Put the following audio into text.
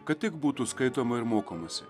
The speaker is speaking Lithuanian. kad tik būtų skaitoma ir mokomąsi